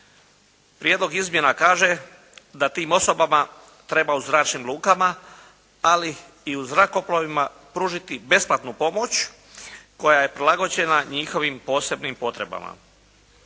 Prijedlog izmjena kaže da tim osobama treba u zračnim lukama, ali i u zrakoplovima pružiti besplatnu pomoć koja je prilagođena njihovim posebnim potrebama.